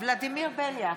ולדימיר בליאק,